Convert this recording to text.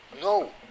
no